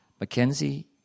Mackenzie